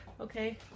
Okay